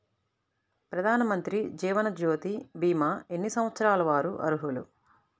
ప్రధానమంత్రి జీవనజ్యోతి భీమా ఎన్ని సంవత్సరాల వారు అర్హులు?